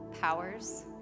powers